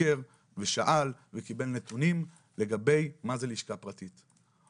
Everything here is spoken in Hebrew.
ותחקר ושאל וקיבל נתונים לגבי מה זה לשכה פרטית.